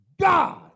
God